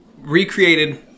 recreated